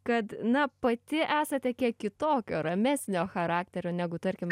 kad na pati esate kiek kitokio ramesnio charakterio negu tarkim